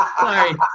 Sorry